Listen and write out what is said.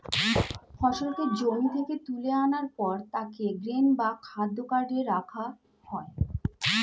ফসলকে জমি থেকে তুলে আনার পর তাকে গ্রেন বা খাদ্য কার্টে রাখা হয়